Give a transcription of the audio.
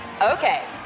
Okay